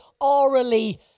orally